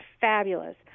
fabulous